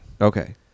Okay